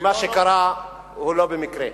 שמה שקרה הוא לא במקרה.